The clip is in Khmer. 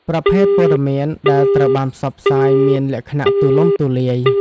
ប្រភេទព័ត៌មានដែលត្រូវបានផ្សព្វផ្សាយមានលក្ខណៈទូលំទូលាយ។